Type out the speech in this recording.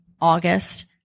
August